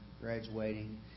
graduating